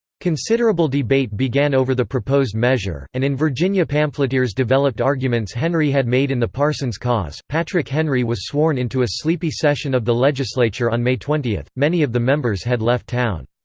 considerable debate began over the proposed measure, and in virginia pamphleteers developed arguments henry had made in the parson's cause patrick henry was sworn into a sleepy session of the legislature on may twenty many of the members had left town.